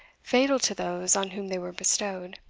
fatal to those on whom they were bestowed,